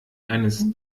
eines